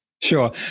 Sure